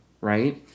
right